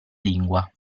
lingua